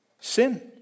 sin